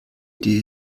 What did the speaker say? die